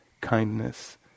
kindness